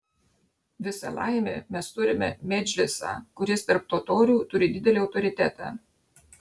visa laimė mes turime medžlisą kuris tarp totorių turi didelį autoritetą